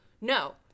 no